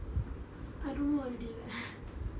I don't know already leh